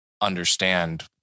understand